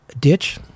ditch